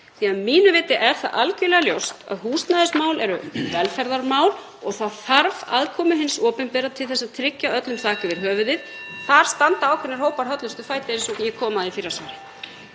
því að mínu viti er það algjörlega ljóst að húsnæðismál eru velferðarmál og það þarf aðkomu hins opinbera til að tryggja öllum þak yfir höfuðið. (Forseti hringir.) Þar standa ákveðnir hópar höllustum fæti eins og ég kom að í fyrra svari.